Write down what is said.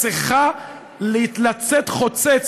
היית צריכה לצאת חוצץ,